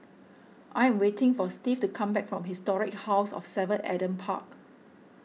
I am waiting for Steve to come back from Historic House of Seven Adam Park